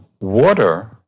Water